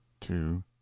two